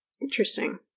Interesting